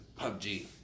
PUBG